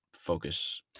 focus